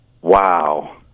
wow